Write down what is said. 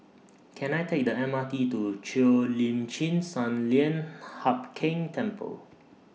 Can I Take The M R T to Cheo Lim Chin Sun Lian Hup Keng Temple